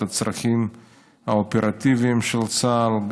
את הצרכים האופרטיביים של צה"ל,